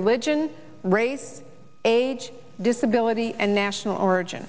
religion race age disability and national origin